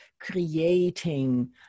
creating